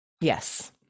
Yes